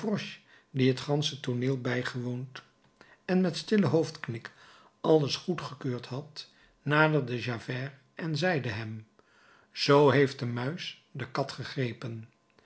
die het gansche tooneel bijgewoond en met stillen hoofdknik alles goedgekeurd had naderde javert en zeide hem zoo heeft de muis de kat gegrepen